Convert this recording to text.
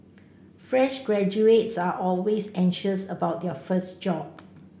fresh graduates are always anxious about their first job